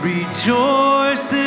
Rejoice